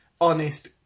honest